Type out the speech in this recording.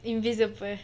invisible